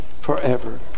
Forever